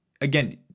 Again